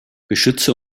beschütze